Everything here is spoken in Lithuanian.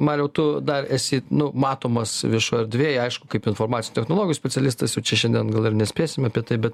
mariau tu dar esi nu matomas viešoj erdvėj aišku kaip informacinių technologijų specialistas jau čia šiandien gal ir nespėsim apie tai bet